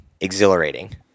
exhilarating